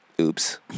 Oops